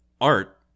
art